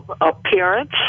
appearance